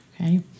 Okay